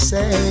Say